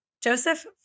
Joseph